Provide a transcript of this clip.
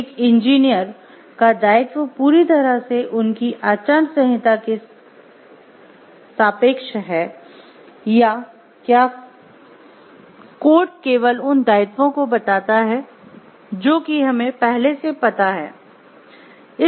एक इंजीनियर का दायित्व पूरी तरह से उनकी आचार संहिता के सापेक्ष है या क्या कोड केवल उन दायित्वों को बताता है जो की हमें पहले से पता हैं